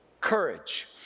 courage